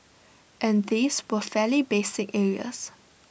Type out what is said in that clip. and these were fairly basic areas